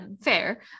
fair